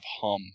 hum